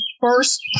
first